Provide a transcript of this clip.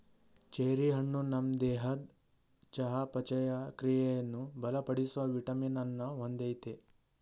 cherry ಹಣ್ಣು ನಮ್ ದೇಹದ್ ಚಯಾಪಚಯ ಕ್ರಿಯೆಯನ್ನು ಬಲಪಡಿಸೋ ವಿಟಮಿನ್ ಅನ್ನ ಹೊಂದಯ್ತೆ